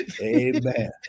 Amen